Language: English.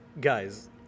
guys